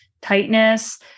tightness